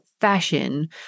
fashion